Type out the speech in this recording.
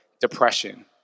depression